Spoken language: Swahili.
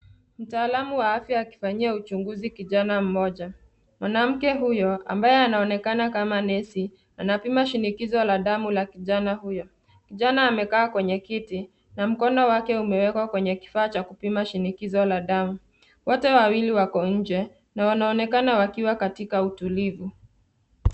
Mtaalamu wa afya akifanyia uchunguzi kijana mmoja, mwanamke huyo ambaye anaonekana kama nesi anapima shinikizo la damu la kijana huyo. Kijana amekaa kwenye kiti na mkono wake umewekwa kwenye kifaa cha kupima shinikizo la damu. Wote wawili wako nje na wanaonekana wakiwa katika utulivu.